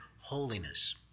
holiness